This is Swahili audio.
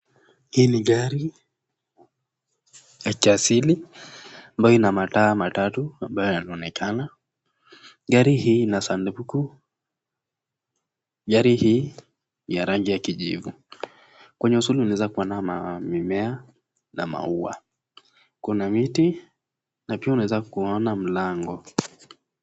Hii ni gari ya kiasili ambayo ina mataa matatu ambayo yanaonekana. Gari hii ina sanduku, gari hii ni ya rangi ya kijivu. Kwenye usuli unaweza kuona mimea na maua. Kuna miti na pia unaweza kuona mlango.